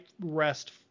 rest